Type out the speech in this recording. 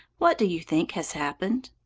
what do you think has happened?